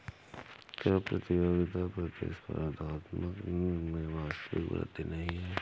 कर प्रतियोगिता प्रतिस्पर्धात्मकता में वास्तविक वृद्धि नहीं है